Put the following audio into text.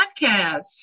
Podcast